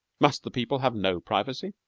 must the people have no privacy?